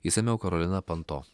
išsamiau karolina panto